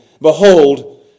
Behold